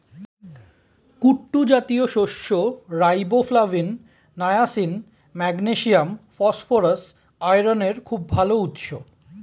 কুট্টু জাতীয় শস্য riboflavin, niacin, magnesium, phosphorus, আয়রনের খুব ভাল উৎস